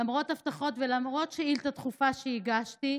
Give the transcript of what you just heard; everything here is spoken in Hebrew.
למרות הבטחות ולמרות שאילתה דחופה שהגשתי,